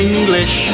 English